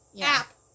app